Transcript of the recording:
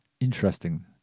interesting